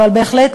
אבל בהחלט,